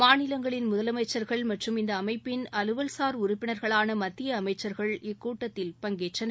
மாநிலங்களின் முதலமைச்சர்கள் மற்றும் இந்த அமைப்பிள் அலுவல்சார் உறுப்பினர்களான மத்திய அமைச்சர்கள் இக்கூட்டத்தில் பங்கேற்றனர்